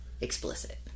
explicit